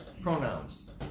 pronouns